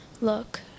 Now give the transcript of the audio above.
Look